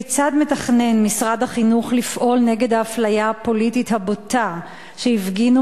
כיצד מתכנן משרד החינוך לפעול נגד האפליה הפוליטית הבוטה שהפגינו